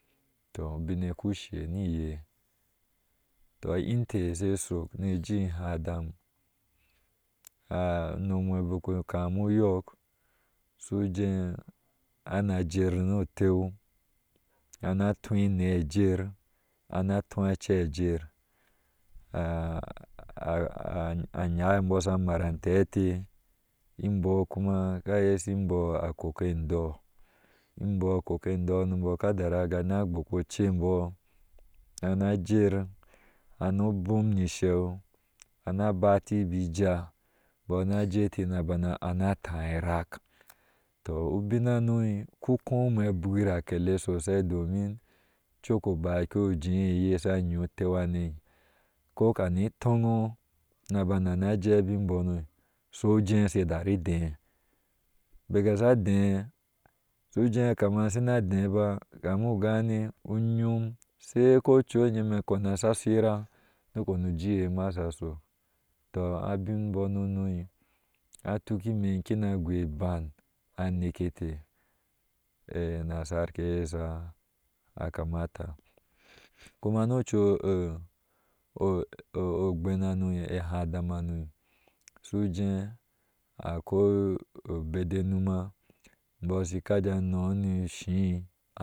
Tɔ ubine ku she ni. iye tɔ inter shu shuk ne je ihaa adam unonwe bike kamu yuk sujee ana ajer nɔɔ ateu a naa tou inaa ajer ana tu acei ajer anyaa embɔɔ sha. mar antee je imbɔɔ kuma aka yeshi imbɔɔ akoku endoɔɔ imbɔɔ akoko endeo imbɔɔ ka tara a jee na igbo kapche embɔɔ nana jer nano abom ni shau ana bati bi ijaa imbɔɔ na jeti na bana ana táá ira tɔ ubin hano uku hime agwira akele sosai domin coj o baki ojee eye sha ba oteu hane ko kane toŋ naba na na je abin bono suje getare adee yesha dee suje kama sina dee ba kamu gani uyom sai ko o cu yime cuhu sa sira su kpeanu ji iya sha shok to abin bɔɔ nono atuk ime kina a gori iban aneke te enasarue eye sha a kamata kuma no acu ogben hsane e haa adm hano suje akuwai u bede numa imbɔɔ shi kaje a nɔɔ ni shii